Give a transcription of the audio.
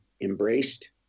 embraced